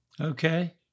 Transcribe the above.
Okay